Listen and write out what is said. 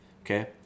Okay